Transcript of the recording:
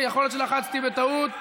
יכול להיות שלחצתי בטעות.